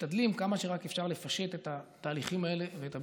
משתדלים כמה שרק אפשר לפשט את התהליכים האלה ואת הביורוקרטיה.